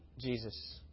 Jesus